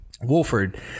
Wolford